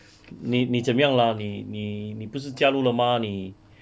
你你这么样啦你你不是加入了吗你